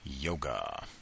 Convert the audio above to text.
yoga